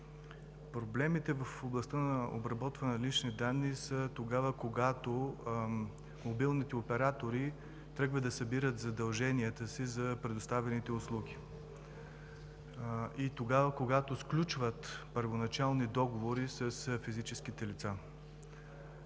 проблемите са в областта на обработването на личните данни, когато мобилните оператори тръгват да събират задълженията си за предоставяните услуги и когато сключват първоначални договори с физическите лица.